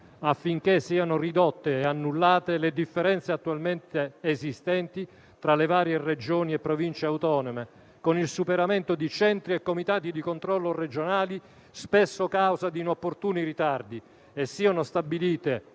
affinché siano ridotte e annullate le differenze attualmente esistenti tra le varie Regioni e Province autonome, con il superamento di centri e comitati di controllo regionali, spesso causa di inopportuni ritardi, e siano stabilite